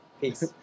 Peace